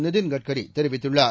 நிதின் கட்கரி தெரிவித்துள்ளார்